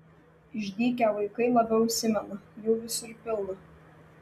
išdykę vaikai labiau įsimena jų visur pilna